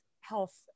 health